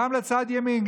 גם לצד ימין,